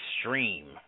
extreme